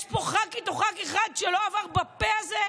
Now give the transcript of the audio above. יש פה ח"כית או ח"כ אחד שלא עבר בפה הזה?